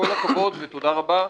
כל הכבוד ותודה רבה.